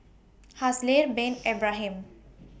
Haslir Bin Ibrahim